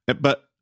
but-